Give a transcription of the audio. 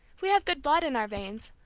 we have good blood in our veins,